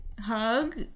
hug